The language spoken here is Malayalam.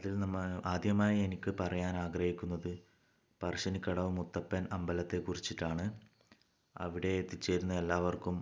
അതിൽ നിന്നും ആദ്യമായ് എനിക്ക് പറയാൻ ആഗ്രഹിക്കുന്നത് പറശ്ശിനിക്കടവ് മുത്തപ്പൻ അമ്പലത്തെ കുറിച്ചിട്ടാണ് അവിടെ എത്തിച്ചേരുന്ന എല്ലാവർക്കും